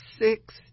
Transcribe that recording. six